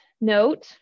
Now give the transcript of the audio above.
note